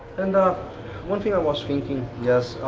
and one thing i was thinking, yes,